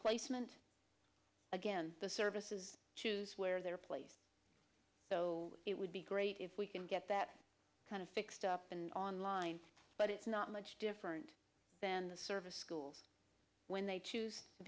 placement again the services choose where they are place so it would be great if we can get that kind of fixed up and online but it's not much different than the service schools when they